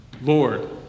Lord